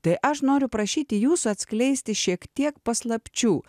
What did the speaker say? tai aš noriu prašyti jūsų atskleisti šiek tiek paslapčių